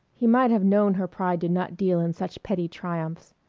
he might have known her pride did not deal in such petty triumphs.